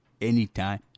anytime